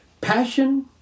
passion